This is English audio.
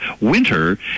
winter